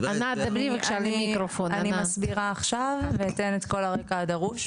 -- אני מסבירה עכשיו ואתן את כול הרקע הדרוש,